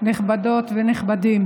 נכבדות ונכבדים,